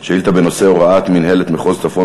השאילתה היא בנושא: הוראת מנהלת מחוז הצפון